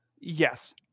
Yes